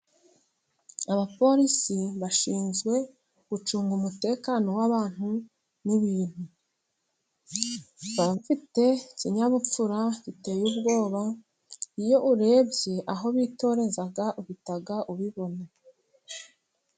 Abapolisi bashinzwe gucunga umutekano w'abantu n'ibintu, baba bafite ikinyabupfura giteye ubwoba, iyo urebye aho bitoreza uhita ubibona.